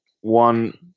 one